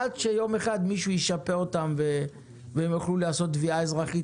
עד שיום אחד מישהו ישפה אותם והם יוכלו לעשות תביעה אזרחית